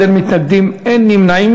14 בעד, אין מתנגדים, אין נמנעים.